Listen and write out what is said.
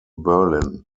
berlin